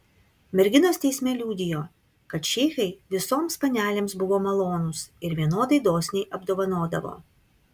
merginos teisme liudijo kad šeichai visoms panelėms buvo malonūs ir vienodai dosniai apdovanodavo